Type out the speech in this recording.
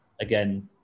Again